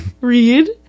read